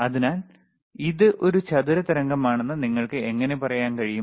അതിനാൽ ഇത് ഒരു ചതുര തരംഗമാണെന്ന് നിങ്ങൾക്ക് എങ്ങനെ പറയാൻ കഴിയും